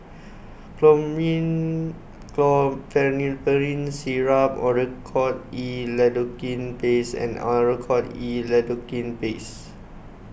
Chlormine Chlorpheniramine Syrup Oracort E Lidocaine Paste and Oracort E Lidocaine Paste